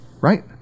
right